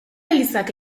elizak